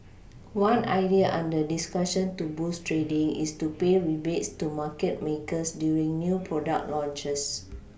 one idea under discussion to boost trading is to pay rebates to market makers during new product launches